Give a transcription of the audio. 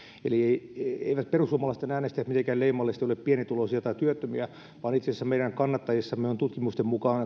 eli eivät perussuomalaisten äänestäjät mitenkään leimallisesti ole pienituloisia tai työttömiä vaan itse asiassa meidän kannattajissamme on tutkimusten mukaan